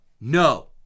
No